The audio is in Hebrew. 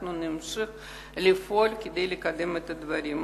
אנחנו נמשיך לפעול כדי לקדם את הדברים.